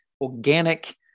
organic